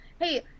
hey